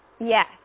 Yes